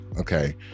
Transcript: okay